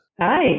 hi